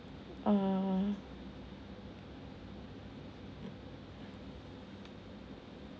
err